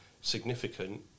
significant